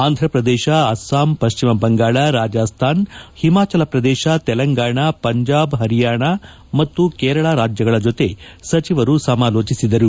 ಅಂಥ ಪ್ರದೇಶ ಅಸ್ಸಾಂ ಪಶ್ಲಿಮ ಬಂಗಾಳ ರಾಜಸ್ನಾನ್ ಹಿಮಾಚಲ ಪ್ರದೇಶ ತೆಲಂಗಾಣ ಪಂಜಾಬ್ ಹರಿಯಾಣ ಮತ್ತು ಕೇರಳ ರಾಜ್ಯಗಳ ಜೊತೆ ಸಚಿವರು ಸಮಾಲೋಚಿಸಿದರು